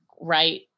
Right